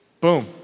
Boom